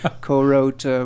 co-wrote